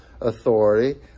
authority